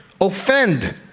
offend